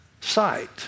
sight